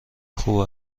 خوب